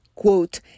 Quote